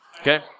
okay